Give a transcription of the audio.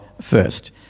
first